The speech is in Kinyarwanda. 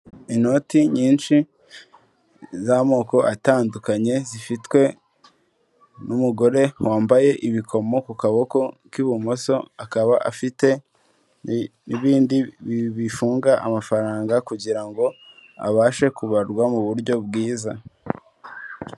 Inoti nyinshi z'amoko atandukanye zifitwe n'umugore wambaye ibikomo ku kaboko k'ibumoso, akaba afite n'ibindi bifunga amafaranga kugira ngo abashe kubarwa mu buryo bwiza.